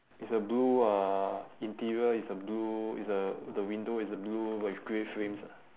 it's a blue uh interior is a blue is a the window is a blue but with grey frames ah